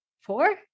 Four